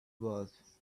both